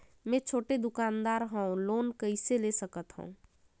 मे छोटे दुकानदार हवं लोन कइसे ले सकथव?